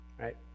right